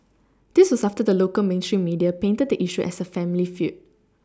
this was after the local mainstream media painted the issue as a family feud